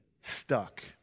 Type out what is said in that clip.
stuck